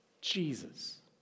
Jesus